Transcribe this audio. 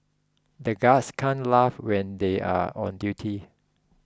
the guards can't laugh when they are on duty